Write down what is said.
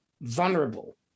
vulnerable